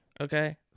Okay